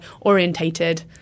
orientated